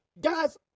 Guys